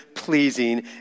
pleasing